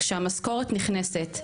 / כשמשכורת נכנסת,